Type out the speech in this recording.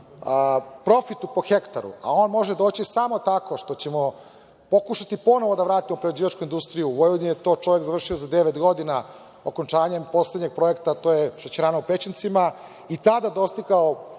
profit po hektaru, a on može doći samo tako što ćemo pokušati ponovo da vratimo prerađivačku industriju u Vojvodinu, to je čovek završio za devet godina, okončanjem poslednjeg projekta, a to je šećerana u Pećincima, i tada dostigao